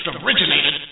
originated